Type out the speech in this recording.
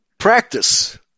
practice